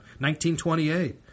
1928